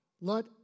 let